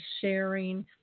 sharing